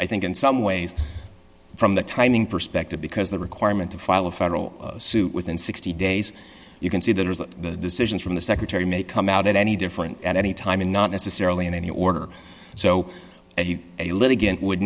i think in some ways from the timing perspective because the requirement to file a federal suit within sixty days you can see that the decisions from the secretary may come out at any different at any time and not necessarily in any order so a litigant would